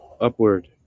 upward